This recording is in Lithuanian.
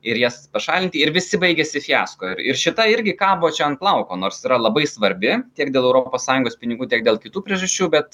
ir jas pašalinti ir visi baigėsi fiasko ir ir šita irgi kabo čia ant plauko nors yra labai svarbi tiek dėl europos sąjungos pinigų tiek dėl kitų priežasčių bet